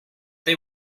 they